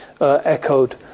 echoed